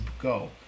go